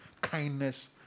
Kindness